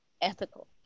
ethical